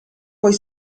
poi